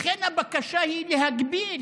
לכן, הבקשה היא להגביל